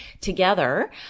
together